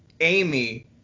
Amy